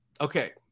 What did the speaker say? okay